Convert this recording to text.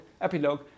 epilogue